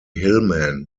hillman